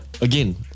Again